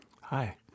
Hi